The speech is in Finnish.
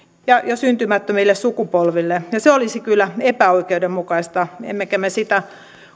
ja jo syntymättömille sukupolville ja se olisi kyllä epäoikeudenmukaista emmekä me sitä